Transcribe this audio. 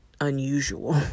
Unusual